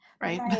right